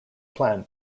plan